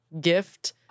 gift